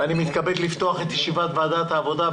אני מתכבד לפתוח את ישיבת ועדת העבודה,